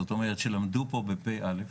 שלמדו פה בתשפ"א,